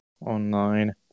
online